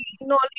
knowledge